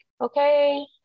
okay